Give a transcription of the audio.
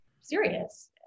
serious